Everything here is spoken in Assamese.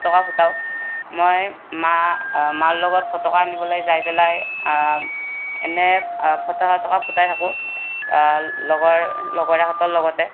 ফটকা ফুটাও মই মা মাৰ লগত ফটকা আনিবলৈ যায় পেলাই এনেই ফটকা চটকা ফুটাই থাকোঁ লগৰ লগৰীয়াহঁতৰ লগতে